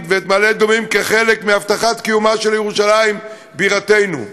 ואת מעלה-אדומים כחלק מהבטחת קיומה של ירושלים בירתנו.